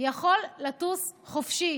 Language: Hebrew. יכול לטוס חופשי.